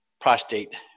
Prostate